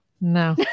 no